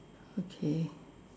okay